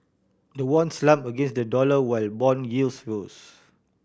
the won slump against the dollar while bond yields rose